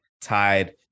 tied